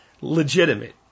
legitimate